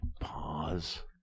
pause